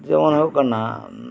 ᱡᱮᱢᱚᱱ ᱦᱩᱭᱩᱜ ᱠᱟᱱᱟ